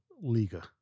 Liga